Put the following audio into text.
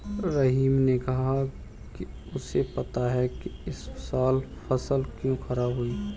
रहीम ने कहा कि उसे पता है इस साल फसल क्यों खराब हुई